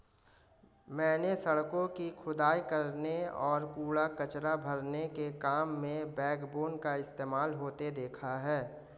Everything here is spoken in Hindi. मैंने सड़कों की खुदाई करने और कूड़ा कचरा भरने के काम में बैकबोन का इस्तेमाल होते देखा है